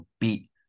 beat